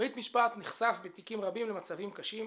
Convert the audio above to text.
בית-משפט נחשף בתיקים רבים למצבים קשים,